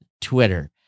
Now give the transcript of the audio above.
Twitter